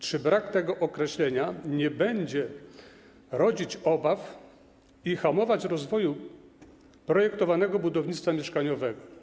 Czy brak tego określenia nie będzie rodzić obaw i hamować rozwoju projektowanego budownictwa mieszkaniowego?